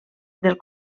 del